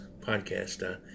podcast